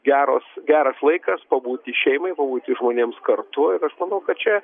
geros geras laikas pabūti šeimai pabūti žmonėms kartu ir aš manau kad čia